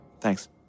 Thanks